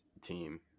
team